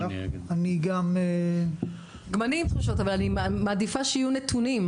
גם אני עם תחושת, אבל אני מעדיפה שיהיו נתונים.